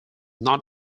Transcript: not